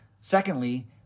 Secondly